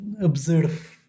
observe